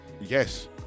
yes